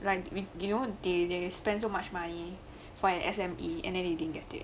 like we you know they they spend so much money for an S_M_E and then you didn't get it